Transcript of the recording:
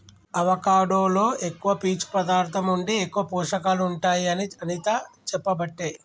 avocado లో ఎక్కువ పీచు పదార్ధం ఉండి ఎక్కువ పోషకాలు ఉంటాయి అని అనిత చెప్పబట్టే